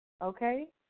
Okay